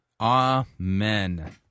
Amen